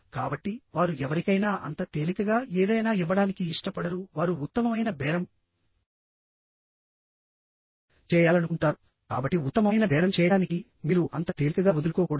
కాబట్టి వారు ఎవరికైనా అంత తేలికగా ఏదైనా ఇవ్వడానికి ఇష్టపడరు వారు ఉత్తమమైన బేరం చేయాలనుకుంటారు కాబట్టి ఉత్తమమైన బేరం చేయడానికి మీరు అంత తేలికగా వదులుకోకూడదు